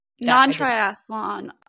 Non-triathlon